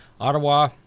Ottawa